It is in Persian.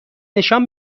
نشان